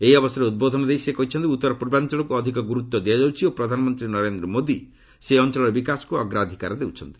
ଏହି ଅବସରରେ ଉଦ୍ବୋଧନ ଦେଇ ସେ କହିଛନ୍ତି ଉତ୍ତର ପୂର୍ବାଞ୍ଚଳକୁ ଅଧିକ ଗୁରୁତ୍ୱ ଦିଆଯାଉଛି ଓ ପ୍ରଧାନମନ୍ତ୍ରୀ ନରେଦ୍ର ମୋଦି ସେହି ଅଞ୍ଚଳର ବିକାଶକୁ ଅଗ୍ରାଧିକାର ଦେଉଛନ୍ତି